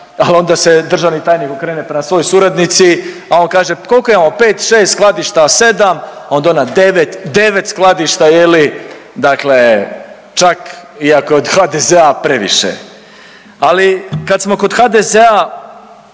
al onda se državni tajnik okrene prema svojoj suradnici, a on kaže koliko imamo pet, šest skladišta, sedam, a onda ona devet, devet skladišta je li dakle čak iako je od HDZ-a previše je. Ali kad smo kod HDZ-a